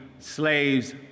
slaves